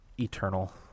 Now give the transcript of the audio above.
eternal